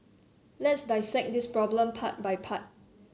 let's dissect this problem part by part